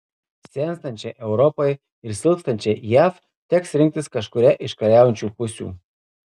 senstančiai europai ir silpstančiai jav teks rinktis kažkurią iš kariaujančių pusių